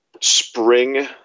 spring